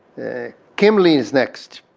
kim lee is next.